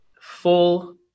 full